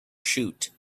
shoot